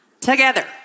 together